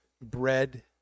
bread